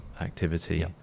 activity